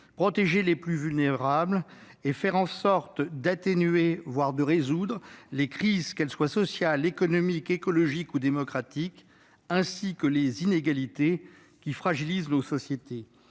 protéger les plus vulnérables. Il nous faudra atténuer, voire résoudre, les crises, qu'elles soient sociales, économiques, écologiques ou démocratiques, et résorber les inégalités qui fragilisent nos sociétés.